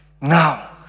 Now